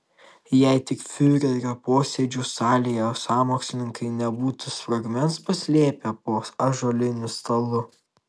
jei tik fiurerio posėdžių salėje sąmokslininkai nebūtų sprogmens paslėpę po ąžuoliniu stalu